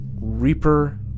reaper